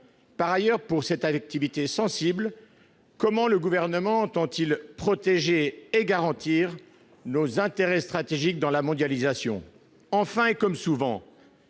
Par ailleurs, pour cette activité sensible, comment entend-il protéger et garantir nos intérêts stratégiques dans la mondialisation ?